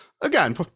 again